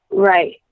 Right